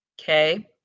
Okay